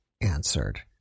answered